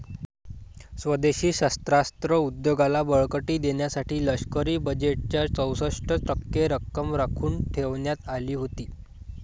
स्वदेशी शस्त्रास्त्र उद्योगाला बळकटी देण्यासाठी लष्करी बजेटच्या चौसष्ट टक्के रक्कम राखून ठेवण्यात आली होती